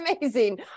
amazing